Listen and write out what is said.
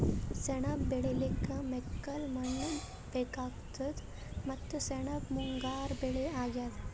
ಸೆಣಬ್ ಬೆಳಿಲಿಕ್ಕ್ ಮೆಕ್ಕಲ್ ಮಣ್ಣ್ ಬೇಕಾತದ್ ಮತ್ತ್ ಸೆಣಬ್ ಮುಂಗಾರ್ ಬೆಳಿ ಅಗ್ಯಾದ್